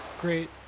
great